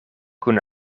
kun